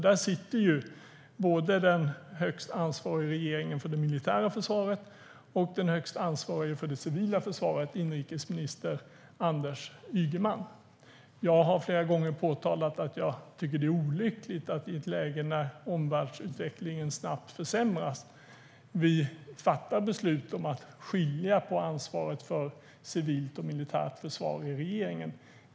Där sitter den i regeringen högst ansvarige för det militära försvaret och den högst ansvarige för det civila försvaret, inrikesminister Anders Ygeman. Jag har flera gånger påtalat att jag tycker att det är olyckligt att vi i ett läge när omvärldsutvecklingen snabbt försämras fattar beslut om att i regeringen skilja på ansvaret för civilt och militärt försvar.